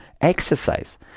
exercise